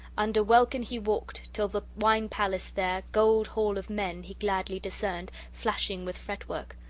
under welkin he walked, till the wine-palace there, gold-hall of men, he gladly discerned, flashing with fretwork.